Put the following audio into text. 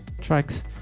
tracks